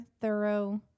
thorough